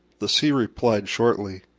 the sea replied shortly,